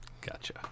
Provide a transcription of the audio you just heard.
Gotcha